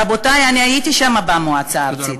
רבותי, אני הייתי שם, במועצה הארצית,